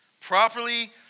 Properly